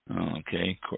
Okay